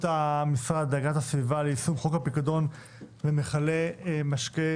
המשרד להגנת הסביבה ליישום חוק הפיקדון ומכלי משקה